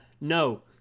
No